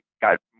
got